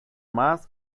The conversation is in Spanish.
más